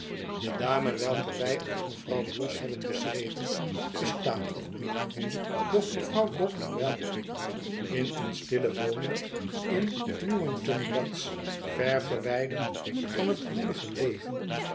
de dame welke wij als mevrouw bloss hebben beschreven bestaat niet meer doch mevrouw gobler wel in een stille woning in newington butts ver verwijderd van het woelige leven